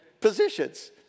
positions